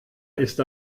ist